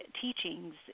teachings